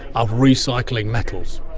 of recycling metals,